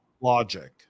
logic